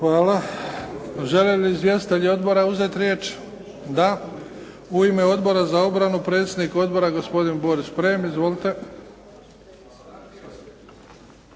Hvala. Žele li izvjestitelji Odbora uzeti riječ? Da u ime Odbora za obranu predsjednik Odbora gospodin Boris Šprem.